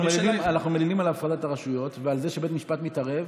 אנחנו מלינים על הפעלת הרשויות ועל זה שבית משפט מתערב,